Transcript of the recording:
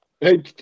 Hey